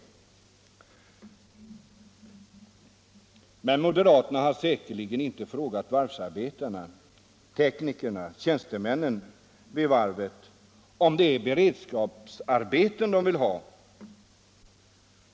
Men moderaterna har säkert inte frågat varvsarbetarna, teknikerna och tjänstemännen vid varvet om det är beredskapsarbeten de vill ha.